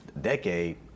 decade